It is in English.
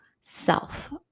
self